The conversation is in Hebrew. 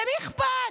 למי אכפת?